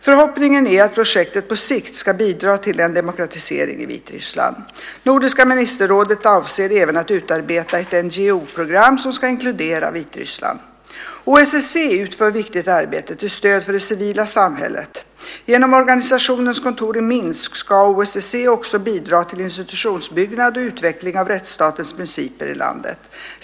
Förhoppningen är att projektet på sikt ska bidra till en demokratisering i Vitryssland. Nordiska ministerrådet avser även att utarbeta ett NGO-program som ska inkludera Vitryssland. OSSE utför viktigt arbete till stöd för det civila samhället. Genom organisationens kontor i Minsk ska OSSE också bidra till institutionsbyggnad och utveckling av rättsstatens principer i landet.